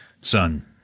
Son